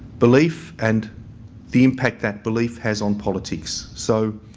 belief and the impact that belief has on politics. so,